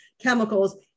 chemicals